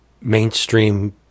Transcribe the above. mainstream